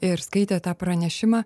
ir skaitė tą pranešimą